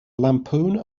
lampoon